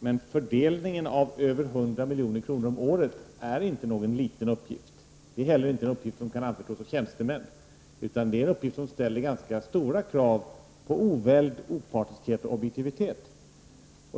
Men fördelningen av över 100 milj.kr. per år är inte någon liten uppgift. Det är heller inte en uppgift som kan anförtros tjänstemän. Det är en uppgift som ställer ganska stora krav på oväld, opartiskhet och objektivitet.